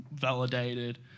validated